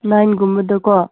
ꯅꯥꯏꯟꯒꯨꯝꯕꯗꯀꯣ